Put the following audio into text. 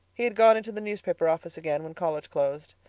he had gone into the newspaper office again when college closed,